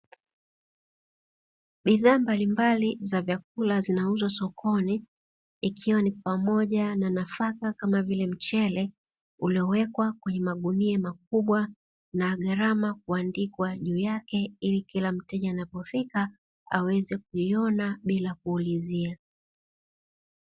Bidhaa mbalimbali za vyakula zinauzwa sokoni ikiwa ni pamoja na nafaka kama vile mchele, uliowekwa kwenye magunia makubwa na gharama kuandikwa juu yake ili kila mteja anapofika aweze kuiona bila kuulizia.